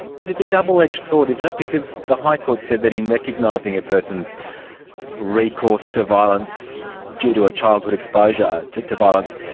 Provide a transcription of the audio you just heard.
but it's a double-edged sword, isn't it, because the high court said that in recognising a person's recourse to violence due to a childhood exposure to to violence,